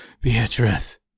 Beatrice